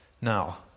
Now